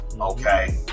okay